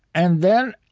and then,